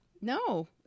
No